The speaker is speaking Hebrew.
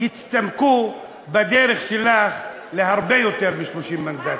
יצטמקו בדרך שלך להרבה יותר מ-30 מנדטים.